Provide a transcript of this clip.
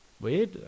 weird